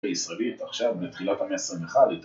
ישראלית עכשיו מתחילת המסר מחד